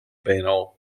banal